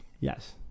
Yes